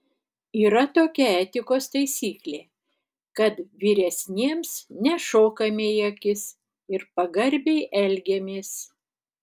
yra tokia etikos taisyklė kad vyresniems nešokame į akis ir pagarbiai elgiamės